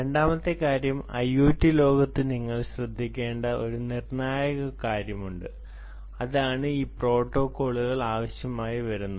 രണ്ടാമത്തെ കാര്യം IoT ലോകത്ത് നിങ്ങൾ ശ്രദ്ധിക്കേണ്ട ഒരു നിർണായക കാര്യമുണ്ട് അതാണ് ഈ പ്രോട്ടോക്കോളുകൾ ആവശ്യമായി വരുന്നത്